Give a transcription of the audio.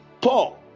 Paul